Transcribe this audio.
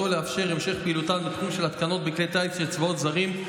שמטרתו לאפשר את המשך פעילותן בתחום של התקנות בכלי טיס של צבאות זרים,